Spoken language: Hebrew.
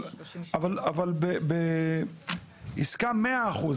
אבל בעסקה מאה אחוז,